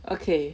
okay